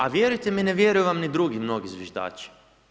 A vjerujte mi, ne vjeruju vam ni drugi mnogi zviždači.